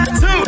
two